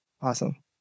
Awesome